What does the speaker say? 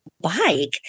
bike